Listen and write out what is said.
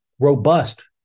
Robust